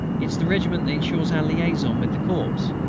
it's the regiment that ensures our liaison with the corps.